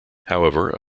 however